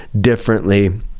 differently